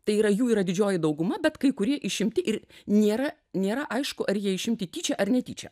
tai yra jų yra didžioji dauguma bet kai kurie išimti ir nėra nėra aišku ar jie išimti tyčia ar netyčia